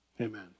Amen